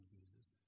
Jesus